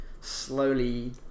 slowly